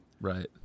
right